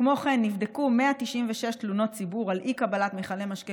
כמו כן נבדקו 196 תלונות ציבור על אי-קבלת מכלי משקה